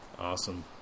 Awesome